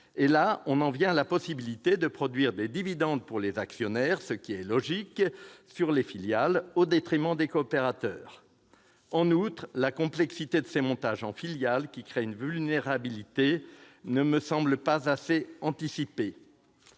coopératifs et la possibilité de produire des dividendes pour les actionnaires des filiales, ce qui est logique, au détriment des coopérateurs. En outre, la complexité de ces montages en filiales, qui créent une vulnérabilité, ne me semble pas assez anticipée.